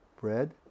bread